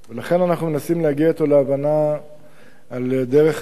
לכן אנחנו מנסים להגיע אתו להבנה על דרך הגישור,